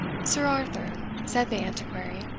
sir arthur, said the antiquary,